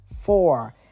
four